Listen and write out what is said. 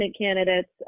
candidates